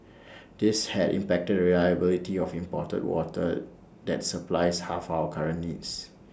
this has impacted reliability of imported water that supplies half our current needs